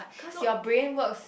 because your brain works